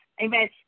Amen